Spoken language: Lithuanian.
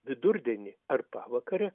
vidurdienį ar pavakare